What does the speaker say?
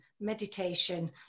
meditation